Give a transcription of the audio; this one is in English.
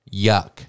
yuck